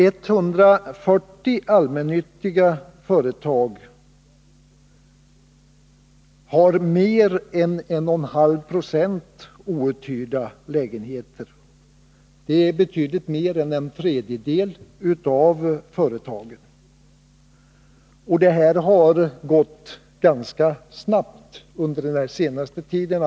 140 allmännyttiga företag har mer än 1,5 20 outhyrda lägenheter. Det är betydligt mer än en tredjedel av företagen. Utvecklingen mot denna situation har gått ganska snabbt under den senaste tiden.